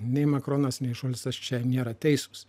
nei makronas nei šulcas čia nėra teisūs